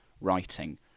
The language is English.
writing